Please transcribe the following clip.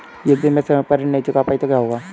यदि मैं समय पर ऋण नहीं चुका पाई तो क्या होगा?